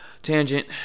Tangent